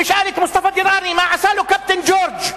תשאל את מוסטפא דיראני מה עשה לו קפטן ג'ורג'.